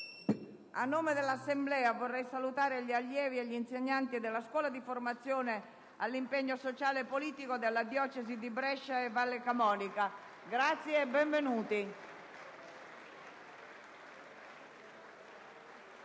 A nome dell'Assemblea, vorrei salutare gli allievi e gli insegnanti della Scuola di formazione all'impegno sociale e politico della Diocesi di Brescia e Valle Camonica. Grazie e benvenuti.